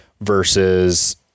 versus